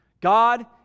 God